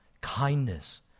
kindness